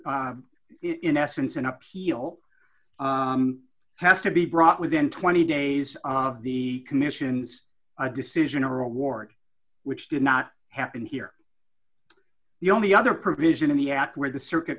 is in essence and up he'll has to be brought within twenty days of the commission's decision or award which did not happen here the only other provision in the act where the circuit